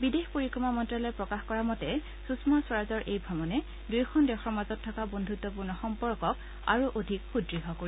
বিদেশ পৰিক্ৰমা মন্ন্যালয়ে প্ৰকাশ কৰা মতে সুষমা স্বৰাজৰ এই ভ্ৰমণে দুয়োখন দেশৰ মাজত থকা বন্ধুত্বপূৰ্ণ সম্পৰ্কক আৰু অধিক সুদ্য় কৰিব